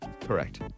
Correct